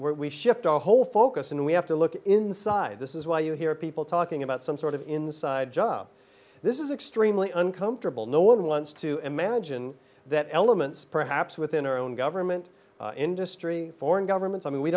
work we shift our whole focus and we have to look inside this is why you hear people talking about some sort of inside job this is extremely uncomfortable no one wants to imagine that elements perhaps within our own government industry foreign governments i mean we